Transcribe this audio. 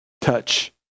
touch